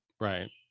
right